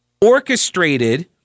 orchestrated